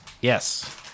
Yes